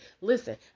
Listen